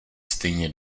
stejně